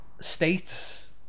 states